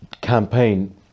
campaign